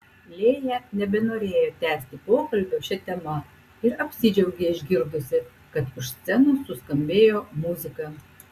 lėja nebenorėjo tęsti pokalbio šia tema ir apsidžiaugė išgirdusi kad už scenos suskambėjo muzika